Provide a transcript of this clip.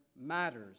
matters